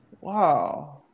Wow